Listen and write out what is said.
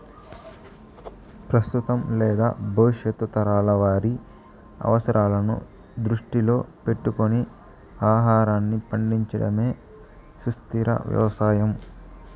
ప్రస్తుతం లేదా భవిష్యత్తు తరాల వారి అవసరాలను దృష్టిలో పెట్టుకొని ఆహారాన్ని పండించడమే సుస్థిర వ్యవసాయం